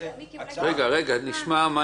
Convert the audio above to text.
רגע, מיקי, בואו נשמע.